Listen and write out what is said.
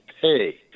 pay